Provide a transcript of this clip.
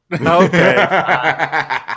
Okay